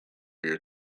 year